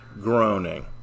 groaning